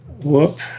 whoop